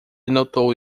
notou